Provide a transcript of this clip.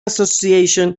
association